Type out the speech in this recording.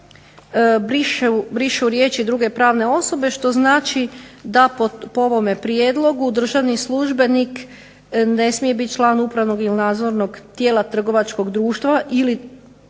brišu riječi "druge pravne osobe", što znači da po ovome prijedlogu državni službenik ne smije biti član upravnog ili nadzornog tijela trgovačkog društva ili,